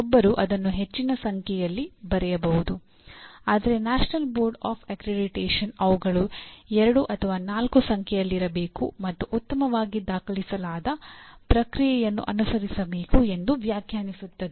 ಒಬ್ಬರು ಅದನ್ನು ಹೆಚ್ಚಿನ ಸಂಖ್ಯೆಯಲ್ಲಿ ಬರೆಯಬಹುದು ಆದರೆ ನ್ಯಾಷನಲ್ ಬೋರ್ಡ್ ಆಫ್ ಅಕ್ರಿಡಿಟೇಶನ್ ಅವುಗಳು ಎರಡು ಅಥವಾ ನಾಲ್ಕು ಸಂಖ್ಯೆಯಲ್ಲಿರಬೇಕು ಮತ್ತು ಉತ್ತಮವಾಗಿ ದಾಖಲಿಸಲಾದ ಪ್ರಕ್ರಿಯೆಯನ್ನು ಅನುಸರಿಸಬೇಕು ಎಂದು ವ್ಯಾಖ್ಯಾನಿಸುತ್ತದೆ